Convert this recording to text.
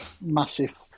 massive